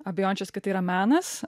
abejojančius kad tai yra menas